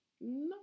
No